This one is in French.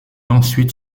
ensuite